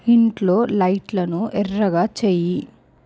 ఇంట్లో లైట్లను ఎర్రగా చెయ్యి